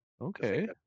Okay